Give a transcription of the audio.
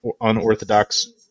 unorthodox